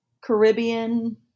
Caribbean